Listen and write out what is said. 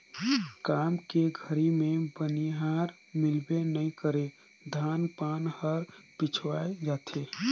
काम के घरी मे बनिहार मिलबे नइ करे धान पान हर पिछवाय जाथे